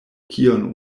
kion